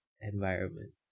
environment